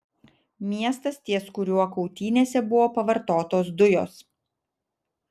miestas ties kuriuo kautynėse buvo pavartotos dujos